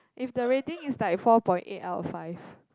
if the rating is like four point eight out of five